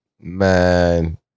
Man